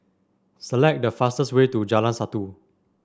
select the fastest way to Jalan Satu